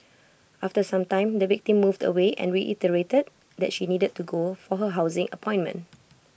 after some time the victim moved away and reiterated that she needed to go for her housing appointment